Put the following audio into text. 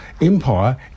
empire